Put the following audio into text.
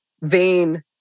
vain